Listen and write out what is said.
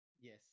Yes